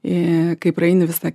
į kai praeini visą